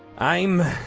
i'm.